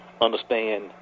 understand